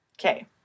Okay